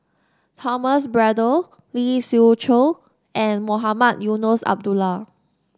Thomas Braddell Lee Siew Choh and Mohamed Eunos Abdullah